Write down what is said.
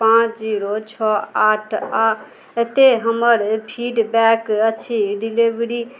पाँच जीरो छओ आठ आओर एतेक हमर फीडबैक अछि डिलिवरी